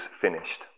finished